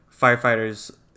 firefighters